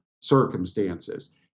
circumstances